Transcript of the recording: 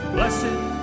Blessed